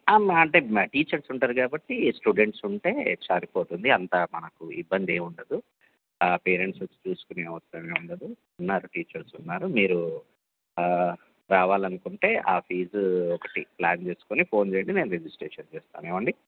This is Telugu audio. మా అంటే మా టీచర్స్ ఉంటారు కాబట్టి స్టూడెంట్స్ ఉంటే సరిపోతుంది అంత మనకు ఇబ్బందేంముండదు పేరెంట్స్ వచ్చి చూసుకునే అవసరమే ఉండదు ఉన్నారు టీచర్సున్నారు మీరు రావాలనుకుంటే ఆ ఫీజు ఒకటి ప్లాన్ చేసుకుని ఫోన్ చేయండి నేను రిజిస్ట్రేషన్ చేస్తాను ఏవండీ